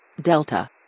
Delta